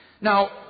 Now